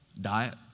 Diet